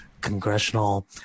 congressional